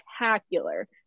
spectacular